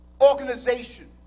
organization